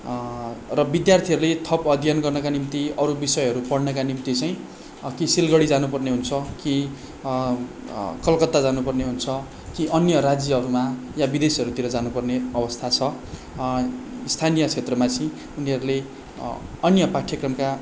र विद्यार्थीहरूले थप अध्ययन गर्नका निम्ति अरू विषयहरू पढ्नका निम्ति चाहिँ कि सिलगढी जानुपर्ने हुन्छ कि कलकत्ता जानुपर्ने हुन्छ कि अन्य राज्यहरूमा या विदेशहरूतिर जानुपर्ने अवस्था छ स्थानीय क्षेत्रमा चाहिँ उनीहरूले अन्य पाठ्यक्रमका